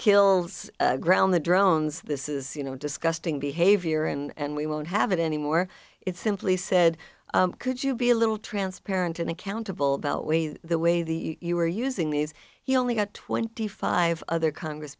kill ground the drones this is you know disgusting behavior and we won't have it anymore it simply said could you be a little transparent and accountable dealt with the way the you were using these he only got twenty five other congress